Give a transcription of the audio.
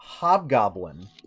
hobgoblin